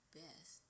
best